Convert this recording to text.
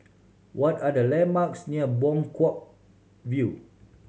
what are the landmarks near Buangkok View